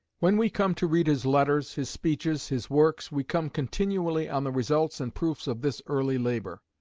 when we come to read his letters, his speeches, his works, we come continually on the results and proofs of this early labour.